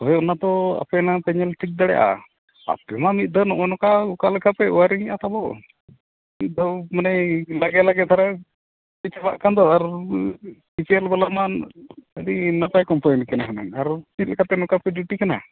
ᱦᱳᱭ ᱚᱱᱟᱫᱚ ᱟᱯᱮ ᱱᱟᱝ ᱯᱮ ᱧᱮᱞ ᱴᱷᱤᱠ ᱫᱟᱲᱮᱭᱟᱜᱼᱟ ᱟᱨ ᱟᱯᱮ ᱢᱟ ᱢᱤᱫ ᱫᱷᱟᱹᱣ ᱱᱚᱜᱼᱚᱸᱭ ᱱᱚᱝᱠᱟ ᱚᱠᱟ ᱞᱮᱠᱟ ᱯᱮ ᱳᱣᱟᱨᱤᱝ ᱮᱜᱼᱟ ᱛᱟᱵᱚᱱ ᱢᱤᱫ ᱫᱷᱟᱣ ᱢᱟᱱᱮ ᱞᱟᱜᱟ ᱞᱟᱜᱮ ᱫᱷᱟᱨᱟ ᱪᱟᱞᱟᱜ ᱠᱟᱱ ᱫᱚ ᱟᱨ ᱨᱤᱯᱮᱭᱟᱨ ᱵᱟᱞᱟ ᱢᱟ ᱟᱹᱰᱤ ᱱᱟᱯᱟᱭ ᱠᱚ ᱠᱳᱢᱯᱟᱱᱤ ᱨᱮᱱ ᱠᱟᱱᱟ ᱦᱩᱱᱟᱹᱝ ᱟᱨᱚ ᱪᱮᱫ ᱞᱮᱠᱟ ᱯᱮ ᱱᱚᱝᱠᱟ ᱯᱮ ᱰᱤᱭᱩᱴᱤ ᱠᱟᱱᱟ